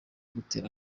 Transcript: gutera